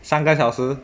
三个小时